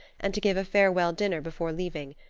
and to give a farewell dinner before leaving,